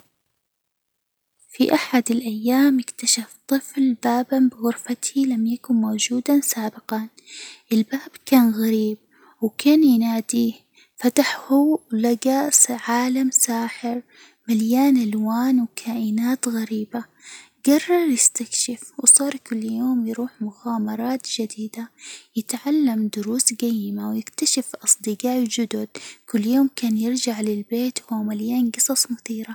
في أحد الأيام اكتشف طفل بابًا بغرفته لم يكن موجودًا سابقًا، الباب كان غريب وكان يناديه، فتحه لقى عالم ساحر مليان ألوان وكائنات غريبة، جرر يستكشف وصار كل يوم يروح مغامرات جديدة، يتعلم دروس جيمة ويكتشف أصدقاء جدد، وكل يوم كان يرجع للبيت وهو مليان جصص مثيرة.